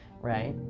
right